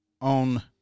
on –